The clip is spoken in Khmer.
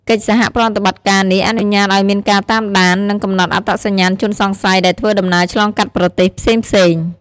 កិច្ចសហប្រតិបត្តិការនេះអនុញ្ញាតឲ្យមានការតាមដាន និងកំណត់អត្តសញ្ញាណជនសង្ស័យដែលធ្វើដំណើរឆ្លងកាត់ប្រទេសផ្សេងៗ។